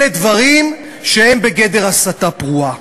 אלה דברים שהם בגדר הסתה פרועה.